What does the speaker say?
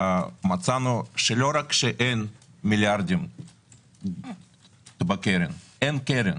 מצאנו שלא רק שאין מיליארדים בקרן אלא אין קרן,